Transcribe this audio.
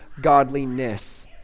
godliness